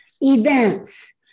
events